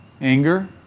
Anger